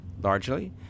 largely